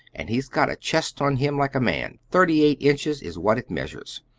and he's got a chest on him like a man. thirty-eight inches is what it measures.